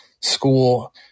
school